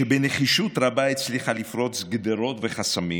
שבנחישות רבה הצליחה לפרוץ גדרות וחסמים.